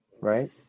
Right